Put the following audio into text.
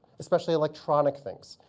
especially electronic things,